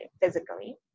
physically